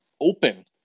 open